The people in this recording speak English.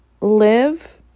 Live